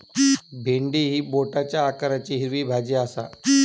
भेंडी ही बोटाच्या आकाराची हिरवी भाजी आसा